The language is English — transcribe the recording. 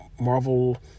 Marvel